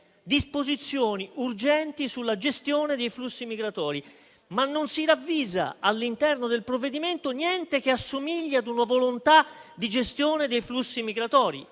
«Disposizioni urgenti per la gestione dei flussi migratori». Ma non si ravvisa, all'interno del provvedimento, niente che assomigli a una volontà di gestione dei flussi migratori.